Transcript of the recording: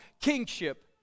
kingship